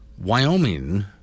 Wyoming